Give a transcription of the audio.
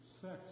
sex